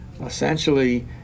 essentially